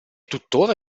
tuttora